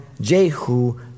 jehu